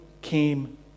came